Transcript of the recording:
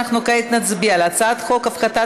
אנחנו כעת נצביע על הצעת חוק הפחתת